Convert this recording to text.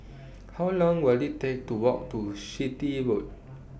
How Long Will IT Take to Walk to Chitty Road